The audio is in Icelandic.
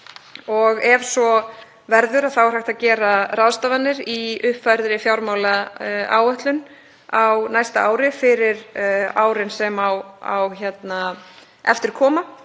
á. Ef svo verður þá er hægt að gera ráðstafanir í uppfærðri fjármálaáætlun á næsta ári fyrir árin sem á eftir koma,